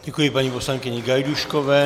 Děkuji paní poslankyni Gajdůškové.